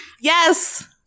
Yes